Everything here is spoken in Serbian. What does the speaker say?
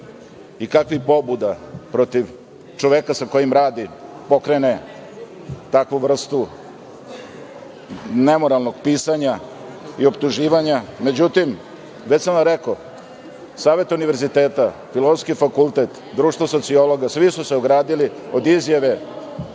i kakvih pobuda protiv čoveka sa kojim radi pokrene takvu vrstu nemoralnog pisanja i optuživanja. Međutim, već sam vam rekao, Savet Univerziteta, Filozofski fakultet, Društvo sociologa, svi su se ogradili od izjave